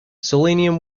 selenium